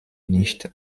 nicht